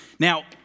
Now